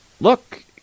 Look